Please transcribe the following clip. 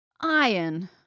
Iron